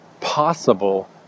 possible